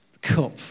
cup